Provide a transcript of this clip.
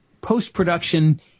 post-production